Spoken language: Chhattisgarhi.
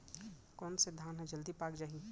कोन से धान ह जलदी पाक जाही?